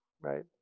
right